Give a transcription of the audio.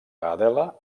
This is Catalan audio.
adela